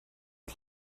une